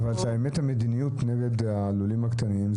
אבל באמת המדיניות נגד הלולים הקטנים,